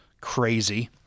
crazy